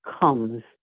comes